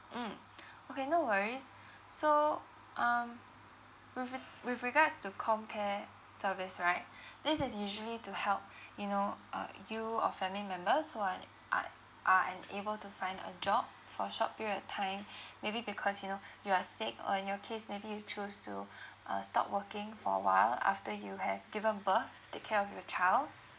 mm okay no worries so um with it with regards to comcare service right this is usually to help you know uh you or family members who are an uh are unable to find a job for short period of time maybe because you know you are sick or in your case maybe you choose to uh stop working for a while after you have given birth to take care of your child